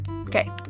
Okay